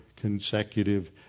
consecutive